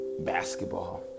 basketball